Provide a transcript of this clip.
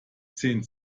zehn